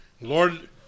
Lord